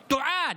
תועד.)